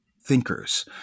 thinkers